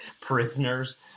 prisoners